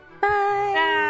Bye